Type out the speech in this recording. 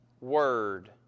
Word